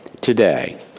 today